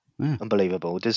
Unbelievable